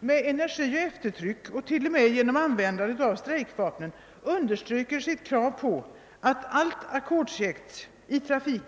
med energi och eftertryck och t.o.m. genom användande av strejkvapnet understryker sitt krav på att allt ackordsjäkt måste bort från trafiken.